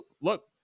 look